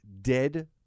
dead